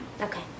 Okay